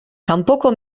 kanpoko